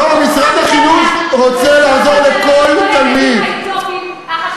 אם משרד החינוך מוכן לקבל כזו אפליה של כל הילדים האתיופים,